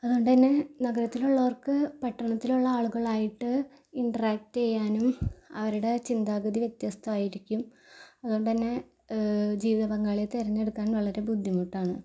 അതുകൊണ്ടന്നെ നഗരത്തിലുള്ളവർക്ക് പട്ടണത്തിലുള്ള ആളുകളായിട്ട് ഇൻട്രാക്ററ് ചെയ്യാനും അവരുടെ ചിന്താഗതി വ്യത്യസ്തമായിരിക്കും അതുകൊണ്ടന്നെ ജീവിത പങ്കാളിയെ തെരഞ്ഞെടുക്കാൻ വളരെ ബുദ്ധിമുട്ടാണ്